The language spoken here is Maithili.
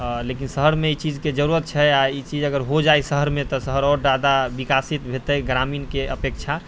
आओर लेकिन शहरमे ई चीजके जरूरत छै आओर ई चीज अगर हो जाइ शहरमे तऽ शहर आओर ज्यादा विकसित हेतै ग्रामीणके अपेक्षा